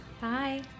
Bye